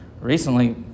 Recently